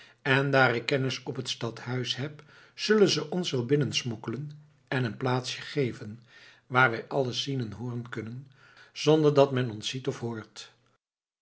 en daar ik kennis op het stadhuis heb zullen ze ons wel binnensmokkelen en een plaatsje geven waar wij alles zien en hooren kunnen zonder dat men ons ziet of hoort